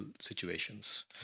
situations